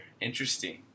interesting